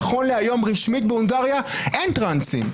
נכון להיום רשמית בהונגריה אין טרנסים.